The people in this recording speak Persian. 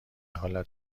حال